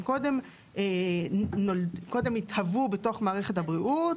הם קודם התהוו בתוך מערכת הבריאות,